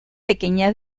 pequeña